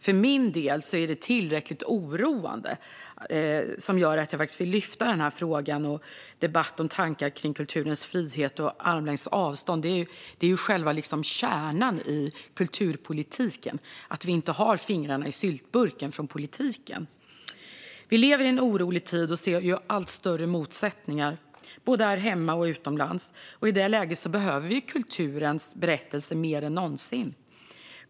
För min del är detta tillräckligt oroande och gör att jag faktiskt vill lyfta den här frågan och föra debatt om kulturens frihet och principen om armlängds avstånd. Själva kärnan i kulturpolitiken är ju att vi politiker inte har fingrarna i syltburken. Vi lever i en orolig tid och ser allt större motsättningar både här hemma och utomlands. I det läget behöver vi kulturens berättelser mer än någonsin.